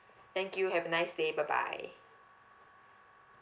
thank you have a nice day bye bye